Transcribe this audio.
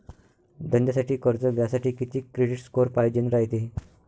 धंद्यासाठी कर्ज घ्यासाठी कितीक क्रेडिट स्कोर पायजेन रायते?